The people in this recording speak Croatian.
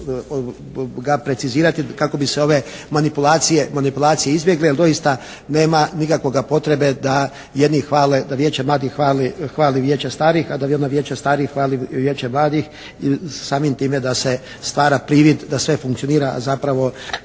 ga precizirati kako bi se ove manipulacije izbjegle jer doista nema nikakvoga potrebe da jedni hvale da Vijeće mladih hvali Vijeće starih a da bi onda Vijeće starih hvali Vijeće mladih i samim time da se stvara privid da sve funkcionira a zapravo